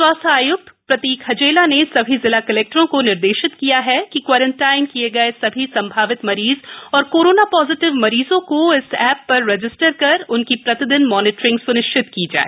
स्वास्थ्य आयुक्त प्रतीक हजेला ने सभी जिला कलेक्टर को निर्देशित किया है कि क्योरेंटाइन किए गए सभी संभावित मरीज और कोरोना पॉजिटिव मरीजों को इस एप पर रजिस्टर कर उनकी प्रतिदिन मानिटरिंग सुनिश्चित की जाए